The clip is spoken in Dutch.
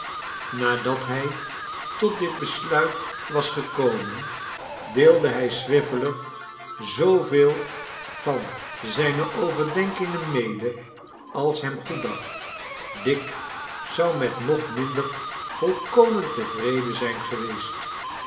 nadat hij tot dit besluit was gekomen deelde hij swiveller zooveel van zijne overdenkingen mede als hem goeddacht dick zou met nog minder volkomen tevreden zijn geweest